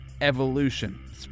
Evolution